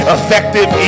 Effective